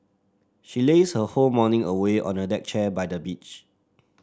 she lazed her whole morning away on a deck chair by the beach